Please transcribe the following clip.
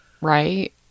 Right